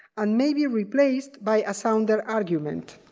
and may be replaced by a sounder argument.